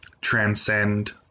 transcend